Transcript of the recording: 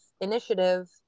initiative